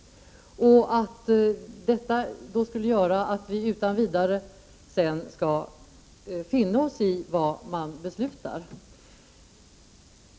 Sedan skulle vi utan vidare finna oss i vad som beslutas.